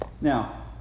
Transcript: Now